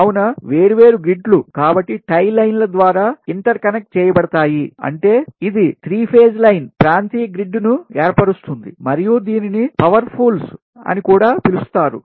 కావున వేర్వేరు గ్రిడ్లు కాబట్టి టై లైన్ల ద్వారా ఇంటర్ కనెక్ట్ చేయబడతాయి అంటే ఇది 3 ఫేజ్ లైన్ ప్రాంతీయ గ్రిడ్ను ఏర్పరుస్తుంది మరియు దీనిని పవర్ పూల్స్ అని కూడా పిలుస్తారు